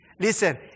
Listen